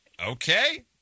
Okay